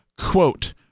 quote